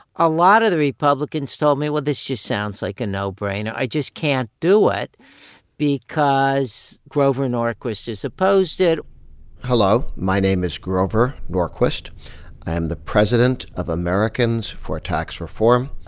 a lot of the republicans told me, well, this just sounds like a no-brainer. i just can't do it because grover norquist has opposed it hello. my name is grover norquist. i am the president of americans for tax reform.